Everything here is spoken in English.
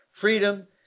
freedom